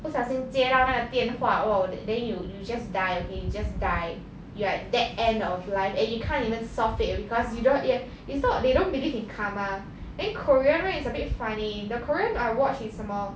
不小心接到那个电话 orh then then you you just die okay you just die you like that end of life and you can't even solve it because you don't ya it's not they don't believe in karma then korean right is a bit funny the korean I watched is 什么